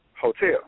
Hotel